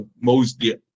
mostly